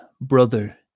Brother